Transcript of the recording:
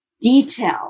detail